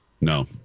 No